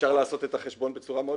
אפשר לעשות את החשבון בצורה מאוד פשוטה.